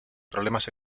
problemas